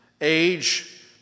age